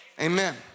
amen